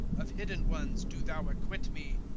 of hidden ones do thou acquit me.